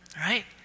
Right